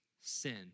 sin